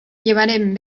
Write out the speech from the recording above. llevarem